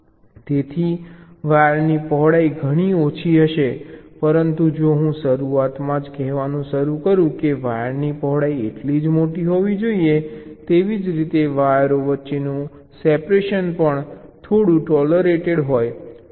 તેથી વાયરની પહોળાઈ ઘણી ઓછી હશે પરંતુ જો હું શરૂઆતમાં જ કહેવાનું શરૂ કરું કે વાયરની પહોળાઈ એટલી જ મોટી હોવી જોઈએ તેવી જ રીતે વાયરો વચ્ચેનું સેપરેશન પણ થોડું ટોલરેટેડ હોય